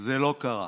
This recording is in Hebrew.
זה לא קרה.